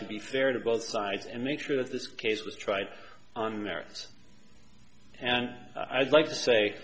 to be fair to both sides and make sure that this case was tried on merits and i'd like to say